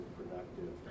productive